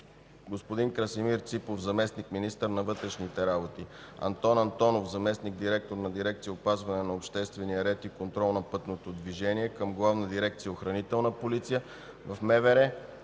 господин Красимир Ципов – заместник-министър на вътрешните работи, Антон Антонов – заместник-директор на дирекция „Опазване на обществения ред и контрол на пътното движение” към Главна дирекция „Охранителна полиция” в МВР,